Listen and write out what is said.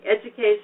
education